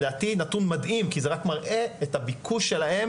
לדעתי זה נתון מדהים כי זה מראה את הביקוש שלהם